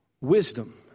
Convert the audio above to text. wisdom